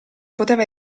poteva